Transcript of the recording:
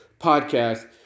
podcast